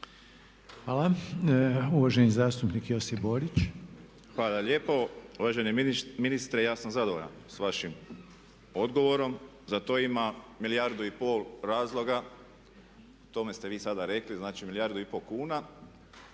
Hvala. Uvaženi zastupnik Josip Borić. **Borić, Josip (HDZ)** Hvala lijepo. Uvaženi ministre, ja sam zadovoljan sa vašim odgovorom, za to ima milijardu i pol razloga, o tome ste vi sada rekli, znači milijardu i pol kuna.